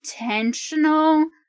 intentional